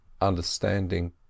understanding